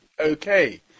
okay